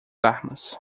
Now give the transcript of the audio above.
armas